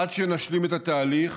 עד שנשלים את התהליך